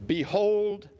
Behold